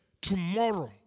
tomorrow